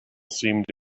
seemed